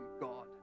God